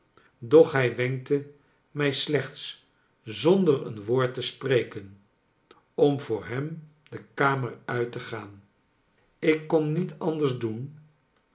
doch hij wenkte mij slechts zonder een woord te spreken om voor hem de kamer uit te gaan ik kon niet anders doen